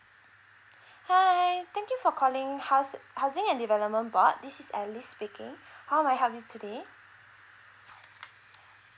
hi thank you for calling house housing and development board this is alice speaking how may I help you today